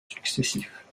successifs